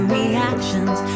reactions